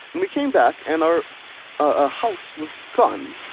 and we came back, and our ah house was gone.